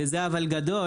וזה אבל גדול,